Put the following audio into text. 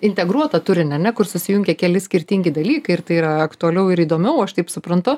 integruotą turinį ane kur susijungia keli skirtingi dalykai ir tai yra aktualiau ir įdomiau aš taip suprantu